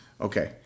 Okay